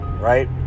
right